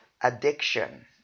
addiction